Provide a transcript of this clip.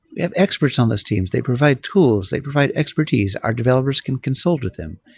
we have experts on those teams. they provide tools. they provide expertise. our developers can consult with them.